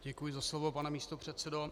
Děkuji za slovo, pane místopředsedo.